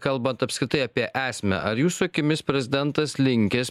kalbant apskritai apie esmę ar jūsų akimis prezidentas linkęs